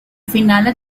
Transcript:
finales